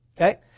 Okay